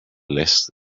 less